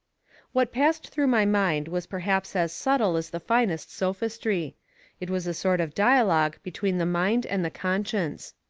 what passed through my mind was perhaps as subtle as the finest sophistry it was a sort of dialogue between the mind and the conscience.